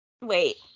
Wait